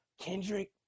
Kendrick